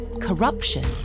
corruption